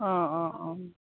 অঁ অঁ অঁ